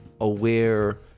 aware